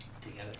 Together